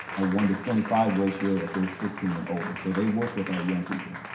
a one to twenty five ratio if they're sixteen and older. so they work with our young people.